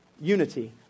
unity